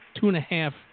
two-and-a-half